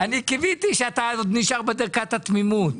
אני עוד קיוויתי שאתה נשאר בדקת התמימות.